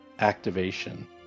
activation